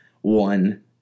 one